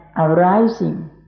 arising